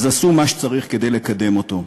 אז עשו מה שצריך כדי לקדם אותו,